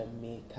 Jamaica